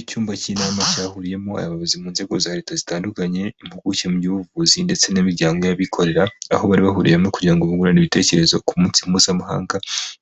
Icyumba cy'inama cyahuriyemo abayobozi bo mu nzego za leta zitandukanye, impuguke mu by'ubuvuzi ndetse n'imiryango y'abikorera, aho bari bahuriyemo kugira ngo bungurane ibitekerezo ku munsi mpuzamahanga